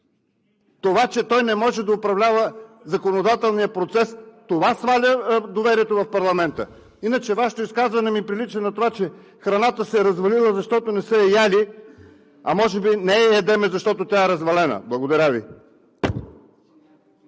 това че той не може да управлява законодателния процес, това сваля доверието в парламента. Иначе, Вашето изказване ми прилича на това, че храната се е развалила, защото не са я яли, а може би не я ядем, защото тя е развалена. Благодаря Ви.